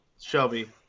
Shelby